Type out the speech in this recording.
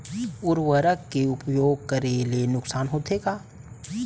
उर्वरक के उपयोग करे ले नुकसान होथे का?